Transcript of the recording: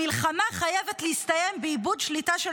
המלחמה חייבת להסתיים באיבוד שליטה של